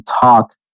talk